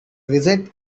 visit